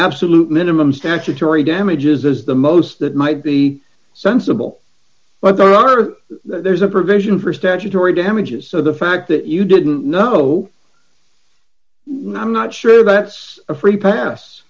absolute minimum statutory damages is the most that might be sensible but there are there's a provision for statutory damages so the fact that you didn't know i'm not sure that's a free pass